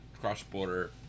cross-border